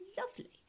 Lovely